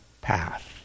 path